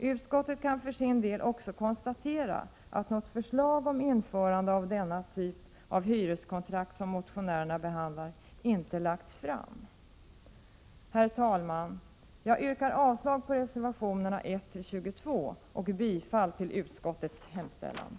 Utskottet kan för sin del också konstatera att något förslag om införande av den typ av hyreskontrakt som motionärerna behandlar inte heller lagts fram. Herr talman! Jag yrkar bifall till utskottets hemställan, vilket innebär avslag på reservationerna 1—22.